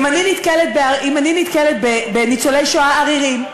אם אני נתקלת בניצולי שואה עריריים,